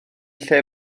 lle